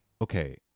okay